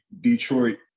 Detroit